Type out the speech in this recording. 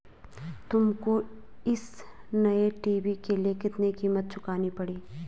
तुमको इस नए टी.वी के लिए कितनी कीमत चुकानी पड़ी?